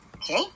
Okay